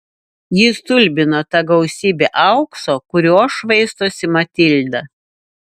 jį stulbino ta gausybė aukso kuriuo švaistosi matilda